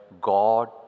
God